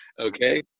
Okay